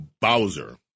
Bowser